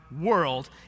world